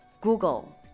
Google